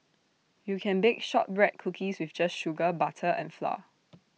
you can bake Shortbread Cookies just with sugar butter and flour